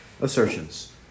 assertions